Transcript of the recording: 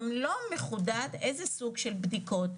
גם לא מחודד איזה סוג של בדיקות.